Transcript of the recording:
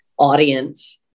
audience